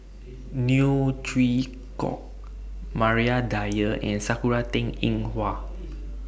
Neo Chwee Kok Maria Dyer and Sakura Teng Ying Hua